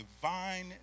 divine